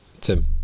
Tim